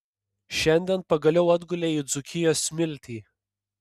šiandien pagaliau atgulei į dzūkijos smiltį